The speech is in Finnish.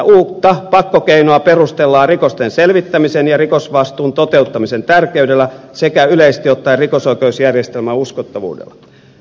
uutta pakkokeinoa perustellaan rikosten selvittämisen ja rikosvastuun toteuttamisen tärkeydellä sekä yleisesti ottaen rikosoikeusjärjestelmän uskottavuudella